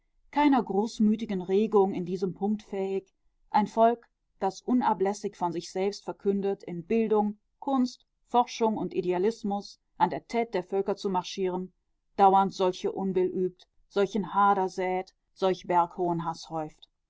keiner großmütigen regung in diesem punkt fähig ein volk das unablässig von sich selbst verkündet in bildung kunst forschung und idealismus an der tete der völker zu marschieren dauernd solche unbill übt solchen hader sät solch berghohen